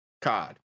COD